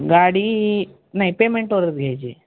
गाडी नाही पेमेंटवरच घ्यायची